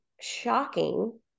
shocking